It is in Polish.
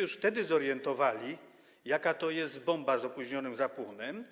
Już wtedy się orientowaliście, że to jest bomba z opóźnionym zapłonem,